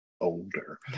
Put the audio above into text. older